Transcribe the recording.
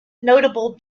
notable